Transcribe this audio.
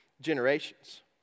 generations